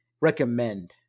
recommend